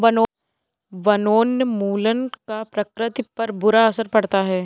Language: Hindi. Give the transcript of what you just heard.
वनोन्मूलन का प्रकृति पर बुरा असर पड़ता है